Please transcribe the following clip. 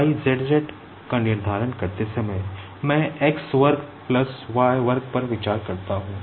I zz का निर्धारण करते समय मैं x वर्ग प्लस y वर्ग पर विचार करता हूँ